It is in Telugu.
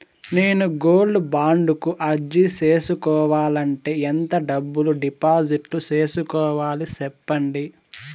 నేను గోల్డ్ బాండు కు అర్జీ సేసుకోవాలంటే ఎంత డబ్బును డిపాజిట్లు సేసుకోవాలి సెప్పండి